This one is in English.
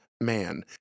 man